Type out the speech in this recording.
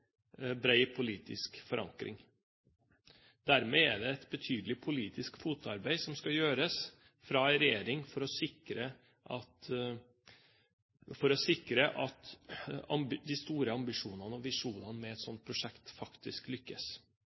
politisk forankring. Dermed er det et betydelig politisk fotarbeid som skal gjøres fra en regjering for å sikre at de store ambisjonene og visjonene med et sånt prosjekt faktisk lykkes.